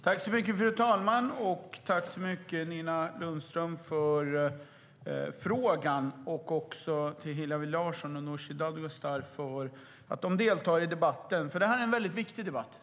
Fru talman! Jag tackar Nina Lundström för frågan och Hillevi Larsson och Nooshi Dadgostar för att de deltar i debatten. Det är en väldigt viktig debatt.